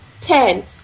Ten